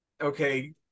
okay